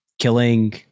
killing